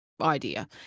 idea